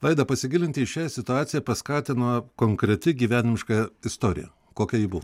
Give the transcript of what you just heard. vaida pasigilinti į šią situaciją paskatino konkreti gyvenimiška istorija kokia ji buvo